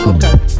Okay